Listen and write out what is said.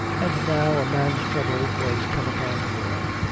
and now a man's trouble was come upon the boy.